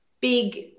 big